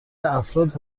افراد